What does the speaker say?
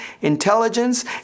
intelligence